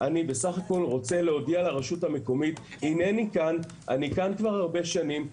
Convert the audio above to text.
אני בסך הכול רוצה להודיע לרשות המקומית שאני כאן כבר הרבה שנים,